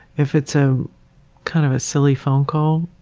if it's a kind of silly phone call,